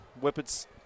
Whippets